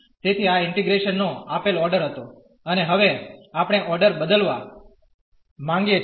તેથી આ ઇન્ટીગ્રેશન નો આપેલ ઓર્ડર હતો અને હવે આપણે ઓર્ડર બદલવા માંગીએ છીએ